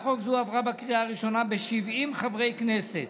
הצעת חוק זו עברה בקריאה הראשונה ב-70 חברי כנסת